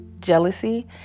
jealousy